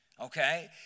Okay